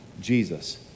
Jesus